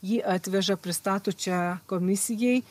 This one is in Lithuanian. jį atveža pristato čia komisijai